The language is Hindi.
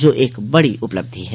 जो एक बड़ी उपलब्धि है